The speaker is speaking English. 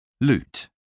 Loot